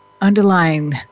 underlying